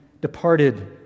departed